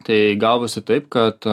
tai gavosi taip kad